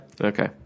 Okay